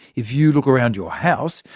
if you look around your house,